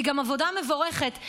והיא גם עבודה מבורכת,